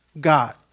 God